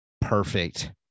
perfect